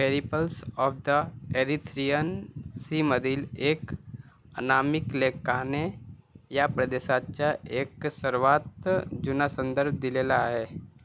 Periplus of the Erythraean सीमधील एक अनामिक लेखकाने या प्रदेशाचा एक सर्वात जुना संदर्भ दिलेला आहे